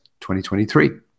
2023